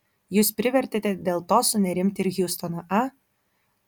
jūs privertėte dėl to sunerimti ir hjustoną a